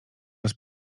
raz